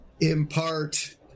Impart